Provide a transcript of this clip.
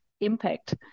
impact